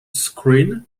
screen